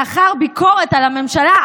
לאחר ביקורת על הממשלה,